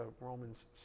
Romans